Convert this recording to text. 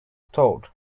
thought